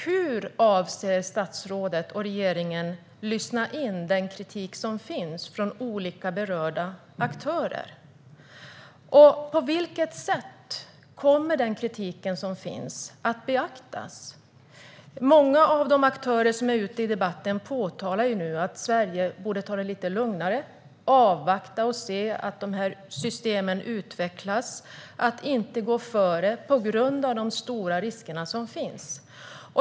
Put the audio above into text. Hur avser statsrådet och regeringen att lyssna in den kritik som finns från olika berörda aktörer? På vilket sätt kommer den kritik som finns att beaktas? Många av de aktörer som är ute i debatten påpekar nu att Sverige borde ta det lite lugnare, avvakta och se att systemen utvecklas och inte gå före på grund av de stora risker som finns.